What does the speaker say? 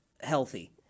healthy